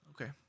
Okay